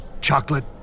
chocolate